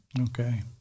Okay